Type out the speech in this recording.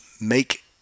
make